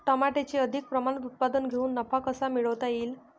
टमाट्याचे अधिक प्रमाणात उत्पादन घेऊन नफा कसा मिळवता येईल?